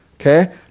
Okay